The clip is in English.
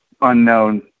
unknown